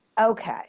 Okay